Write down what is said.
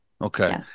Okay